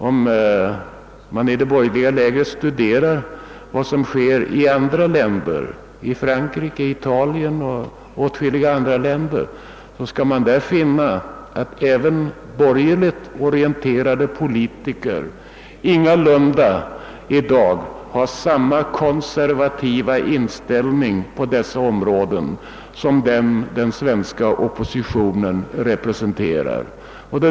Om man studerar vad som på detta område sker i Frankrike, Italien och åtskilliga andra länder, skall man finna att även borgerligt orienterade politiker där ingalunda har samma konservativa inställning som den svenska borgerliga opinionen representerar.